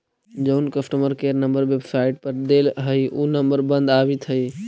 जउन customer care number website पर देल हई ऊ नंबर बंद आबित हई